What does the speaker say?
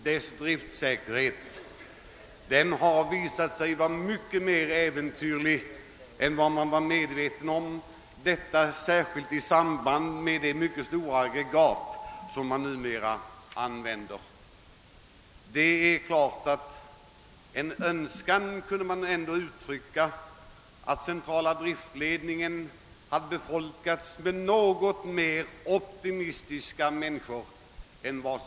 De har visat sig vara mycket mer äventyrliga än man tidigare var medveten om. Detta beror framför allt på att det är mycket stora aggregat som numera kommer till användning. Man skulle emellertid ändå vilja uttrycka den önskan, att centrala driftledningen hade bestått av något mer optimistiska personer.